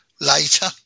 later